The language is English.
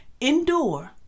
endure